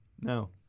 No